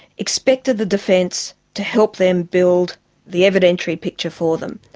expected the defence to help them build the evidentiary picture for them.